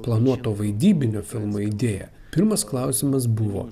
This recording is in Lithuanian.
planuoto vaidybinio filmo idėją pirmas klausimas buvo